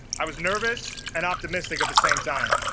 i was nervous and optimistic at the same time